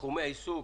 תחומי עיסוק